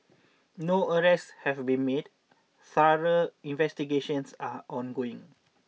no arrests have been made thorough investigations are ongoing